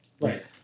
Right